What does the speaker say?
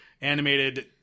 animated